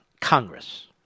Congress